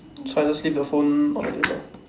so I just leave the phone on the table